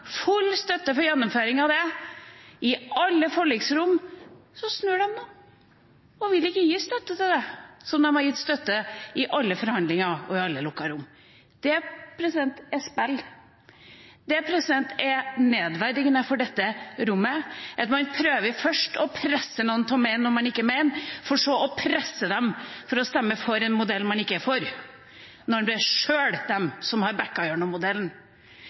full støtte for gjennomføringen av den i alle forliksrom – å snu nå og vil ikke gi støtte til det de har gitt støtte til i alle forhandlinger og i alle lukkede rom. Det er spill. Det er nedverdigende for dette rommet, at man først prøver å presse noen til å mene noe man ikke mener, for så å presse dem til å stemme for en modell de ikke er for når de sjøl er av dem som har